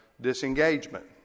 disengagement